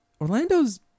orlando's